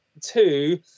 Two